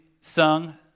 sung